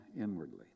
inwardly